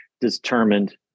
determined